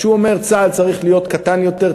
הוא אומר: צה"ל צריך להיות קטן יותר,